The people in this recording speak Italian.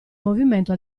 movimento